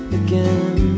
again